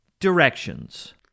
directions